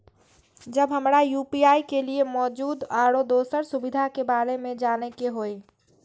जब हमरा यू.पी.आई के लिये मौजूद आरो दोसर सुविधा के बारे में जाने के होय?